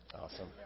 Awesome